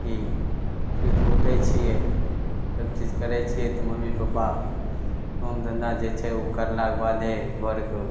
कि सुतिकऽ उठय छियै सबचीज करय छियै तऽ मम्मी पप्पा काम धन्धा जे छै उ करलाके बादे घरके